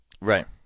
Right